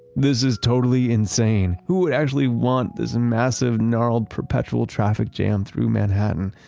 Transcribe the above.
this is totally insane! who would actually want this massive, gnarled, perpetual traffic jam through manhattan?